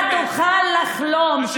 אתה תוכל לחלום.